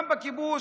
גם בכיבוש,